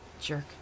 Jerk